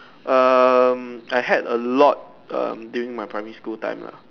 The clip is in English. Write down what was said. um I had a lot um during my primary school time lah